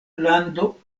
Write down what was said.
lando